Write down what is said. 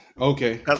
Okay